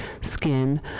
skin